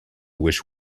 wish